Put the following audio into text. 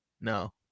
No